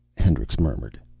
hendricks murmured.